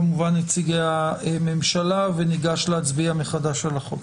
כמובן נציגי הממשלה, וניגש להצביע מחדש על החוק.